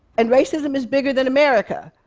and racism is bigger than america.